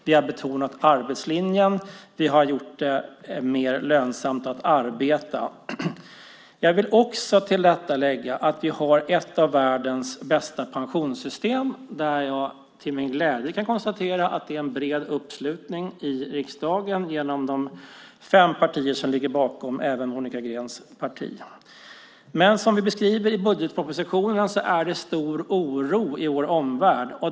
Vi har betonat arbetslinjen och gjort det mer lönsamt att arbeta. Jag vill också till detta lägga att vi har ett av världens bästa pensionssystem. Där kan jag till min glädje konstatera att det är en bred uppslutning i riksdagen. Det är fem partier som ligger bakom det, och även Monica Greens parti. Som vi beskriver i budgetpropositionen är det stor oro i vår omvärld.